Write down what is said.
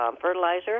fertilizer